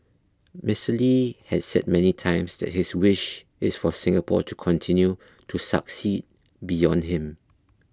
Mister Lee had said many times that his wish is for Singapore to continue to succeed beyond him